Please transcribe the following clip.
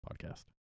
Podcast